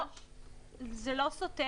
זה לא סותר